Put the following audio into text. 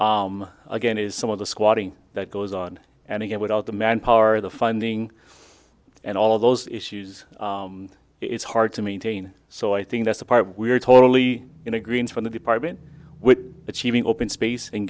again is some of the squatting that goes on and again with all the manpower the funding and all those issues it's hard to maintain so i think that's the part we're totally in a greens for the department with achieving open space and